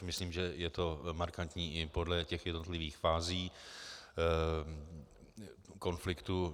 Myslím, že je to markantní i podle jednotlivých fází konfliktu.